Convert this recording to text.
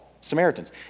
Samaritans